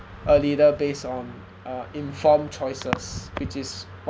a leader based on uh informed choices which is